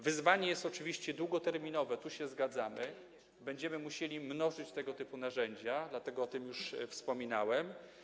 Wyzwanie jest oczywiście długoterminowe, tu się zgadamy, będziemy musieli mnożyć tego typu narzędzia - o tym już wspominałem.